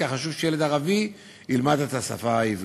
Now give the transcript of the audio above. כך חשוב שילד ערבי ילמד את השפה העברית.